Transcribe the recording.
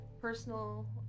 personal